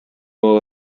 will